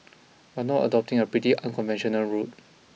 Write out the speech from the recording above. but not adopting a pretty unconventional route